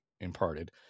imparted